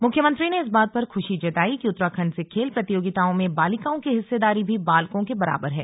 मुख्यमंत्री ने इस बात पर खुशी जताई कि उत्तराखण्ड से खेल प्रतियोगिताओं में बालिकाओं की हिस्सेदारी भी बालकों के बराबर है